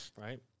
Right